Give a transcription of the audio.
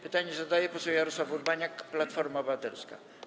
Pytanie zadaje poseł Jarosław Urbaniak, Platforma Obywatelska.